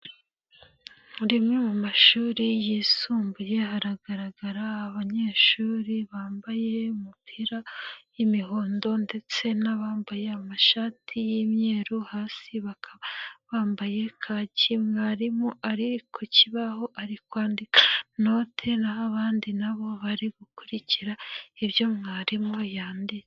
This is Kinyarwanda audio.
Rimwe mu mashuri yisumbuye hagaragara abanyeshuri bambaye umupira y'imihondo ndetse n'abambaye amashati y'imyeru hasi bakaba bambaye kaki, mwarimu ari ku kibaho ari kwandika note naho abandi nabo bari gukurikira ibyo mwarimu yanditse.